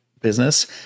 business